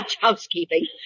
housekeeping